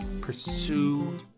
pursue